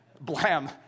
Blam